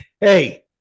hey